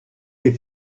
les